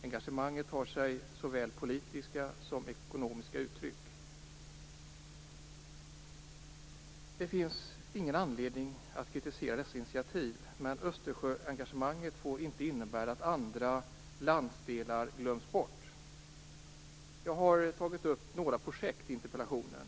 Engagemanget tar sig såväl politiska som ekonomiska uttryck. Det finns ingen anledning att kritisera dessa initiativ, men Östersjöengagemanget får inte innebära att andra landsdelar glöms bort. Jag har tagit upp några projekt i interpellationen.